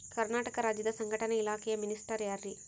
ಕರ್ನಾಟಕ ರಾಜ್ಯದ ಸಂಘಟನೆ ಇಲಾಖೆಯ ಮಿನಿಸ್ಟರ್ ಯಾರ್ರಿ?